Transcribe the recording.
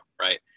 right